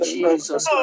Jesus